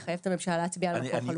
יחייב את הממשלה להצביע על מקור חלופי.